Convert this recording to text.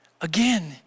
Again